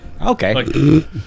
Okay